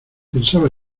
pensaba